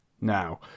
Now